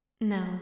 No